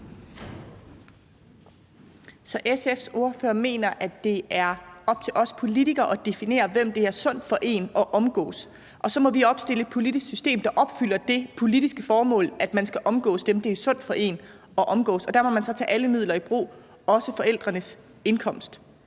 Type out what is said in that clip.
SF's ordfører mener, at det er op til os politikere at definere, hvem det er sundt for en at omgås, og så må vi opstille et politisk system, der opfylder det politiske formål, at man skal omgås dem, det er sundt for en at omgås, og der må man så tage alle midler i brug, også forældrenes indkomst.